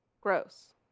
gross